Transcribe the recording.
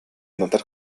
notar